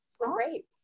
Great